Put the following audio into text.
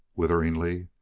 witheringly.